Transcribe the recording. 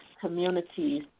communities